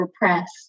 repressed